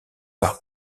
par